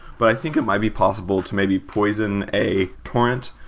but i think it might be possible to maybe poison a, torrent,